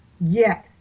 Yes